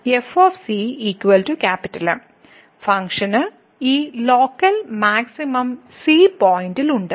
f M function ഈ local maximum c പോയിന്റിൽ ഉണ്ട്